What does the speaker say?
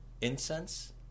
incense